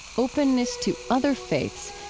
openness to other faiths,